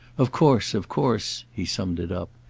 of course, of course he summed it up.